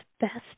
best